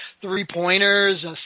three-pointers